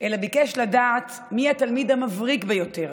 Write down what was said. אלא ביקש לדעת מי התלמיד המבריק ביותר,